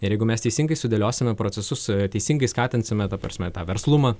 ir jeigu mes teisingai sudėliosime procesus teisingai skatinsime ta prasme tą verslumą